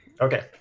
Okay